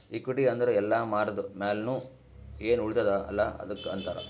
equity ಅಂದುರ್ ಎಲ್ಲಾ ಮಾರ್ದ ಮ್ಯಾಲ್ನು ಎನ್ ಉಳಿತ್ತುದ ಅಲ್ಲಾ ಅದ್ದುಕ್ ಅಂತಾರ್